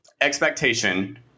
expectation